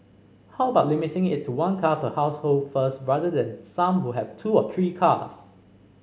how about limiting it to one car per household first rather than some who have two or three cars